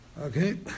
Okay